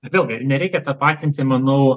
vėlgi nereikia tapatinti manau